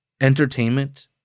entertainment